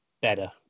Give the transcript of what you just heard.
better